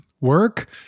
work